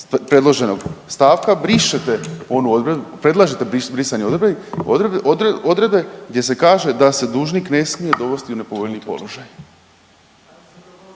brišete onu odredbu, predlažete brisanje odredbe gdje se kaže da se dužnik ne smije dovesti u nepovoljniji položaj.